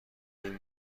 این